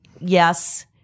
yes